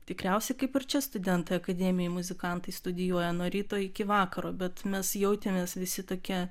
tikriausiai kaip ir čia studentai akademijoj muzikantai studijuoja nuo ryto iki vakaro bet mes jautėmės visi tokia